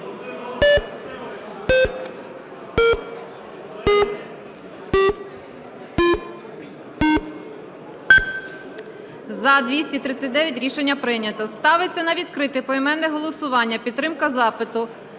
За-239 Рішення прийнято. Ставиться на відкрите поіменне голосування підтримка запиту